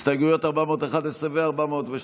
הסתייגויות 411 ו-412,